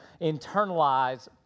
internalize